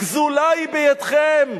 גזולה היא בידכם,